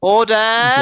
Order